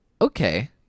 okay